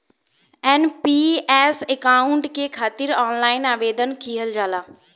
NPS account के खातिर online आवेदन किहल जाला